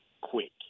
quick